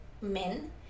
men